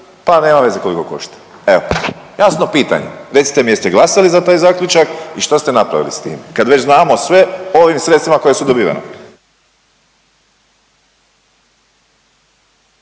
pa nema veze koliko košta. Evo, jasno pitanje. Recite mi, jeste glasali za taj zaključak i što ste napravili s tim kad već znamo sve o ovim sredstvima koja su dobivena.